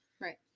Right